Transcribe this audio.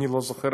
ואני לא זוכר,